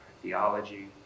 theology